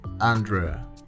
andrea